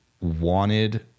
wanted